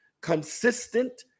consistent